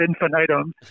infinitum